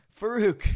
farouk